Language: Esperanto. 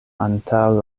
antaŭ